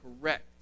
correct